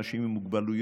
אנשים עם מוגבלויות